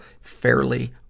fairly